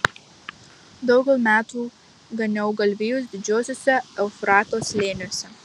daugel metų ganiau galvijus didžiuosiuose eufrato slėniuose